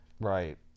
Right